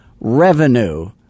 revenue